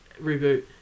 reboot